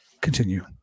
Continue